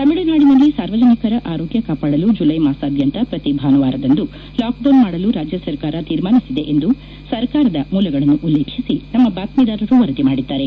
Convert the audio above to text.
ತಮಿಳುನಾಡಿನಲ್ಲಿ ಸಾರ್ವಜನಿಕರ ಆರೋಗ್ಲ ಕಾಪಾಡಲು ಜುಲ್ಲೆ ಮಾಸಾದ್ಗಂತ ಪ್ರತಿ ಭಾನುವಾರದಂದು ಲಾಕ್ಡೌನ್ ಮಾಡಲು ರಾಜ್ಯ ಸರ್ಕಾರ ತೀರ್ಮಾನಿಸಿದೆ ಎಂದು ಸರ್ಕಾರದ ಮೂಲಗಳನ್ನು ಉಲ್ಲೇಖಿಸಿ ನಮ್ನ ಬಾತ್ತಿದಾರರು ವರದಿ ಮಾಡಿದ್ದಾರೆ